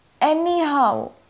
Anyhow